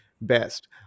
best